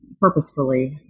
purposefully